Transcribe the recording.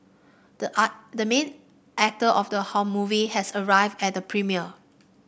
the the main actor of the whole movie has arrived at the premiere